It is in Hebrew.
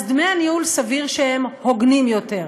אז דמי הניהול סביר שהם הוגנים יותר.